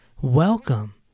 Welcome